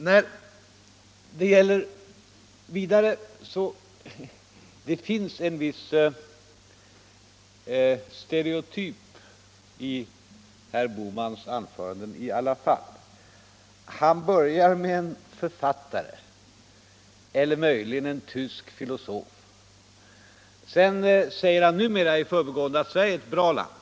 Herr Bohmans anföranden har också i övrigt en något stereotyp uppläggning. Han börjar med en författare eller möjligen en tysk filosof. Sedan säger han — numera — i förbigående att Sverige är ett bra land.